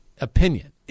opinion